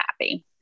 happy